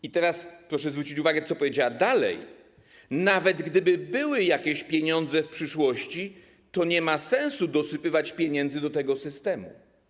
I teraz proszę zwrócić uwagę, co powiedziała dalej: nawet gdyby były jakieś pieniądze w przyszłości, to nie ma sensu dosypywać pieniędzy do tego systemu.